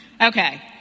Okay